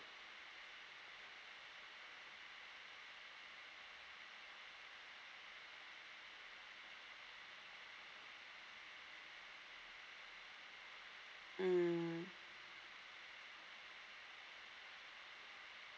mm